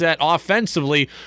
offensively